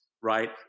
Right